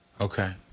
Okay